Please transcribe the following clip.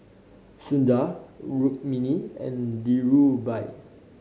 Sundar Rukmini and Dhirubhai